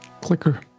Clicker